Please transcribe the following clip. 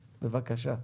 בבקשה.